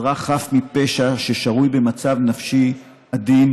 אזרח חף מפשע ששרוי במצב נפשי עדין,